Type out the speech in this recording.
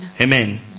Amen